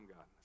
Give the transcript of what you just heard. God